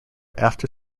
after